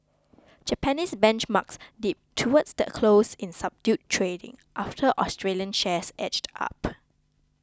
Japanese benchmarks dipped towards the close in subdued trading after Australian shares edged up